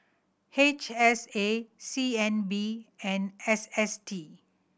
H S A C N B and S S T